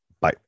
Bye